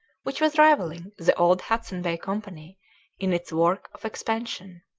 which was rivaling the old hudson bay company in its work of expansion.